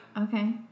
Okay